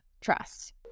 trust